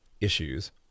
issues